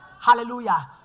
Hallelujah